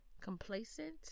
complacent